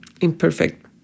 imperfect